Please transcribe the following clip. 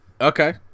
Okay